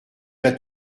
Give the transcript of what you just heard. vas